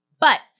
But-